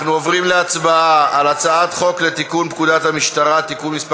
אנחנו עוברים להצבעה על הצעת חוק לתיקון פקודת המשטרה (מס'